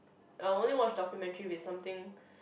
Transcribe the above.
I only watch documentary if it's something